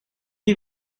les